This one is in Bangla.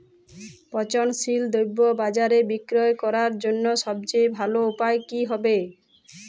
পচনশীল দ্রব্য বাজারে বিক্রয় করার জন্য সবচেয়ে ভালো উপায় কি হবে?